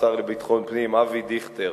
השר לביטחון פנים אבי דיכטר,